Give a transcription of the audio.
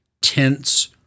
tense